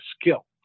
skill